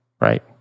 right